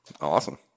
Awesome